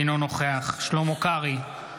אינו נוכח שלמה קרעי,